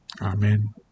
Amen